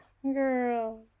girl